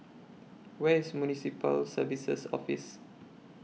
Where IS Municipal Services Office